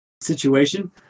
situation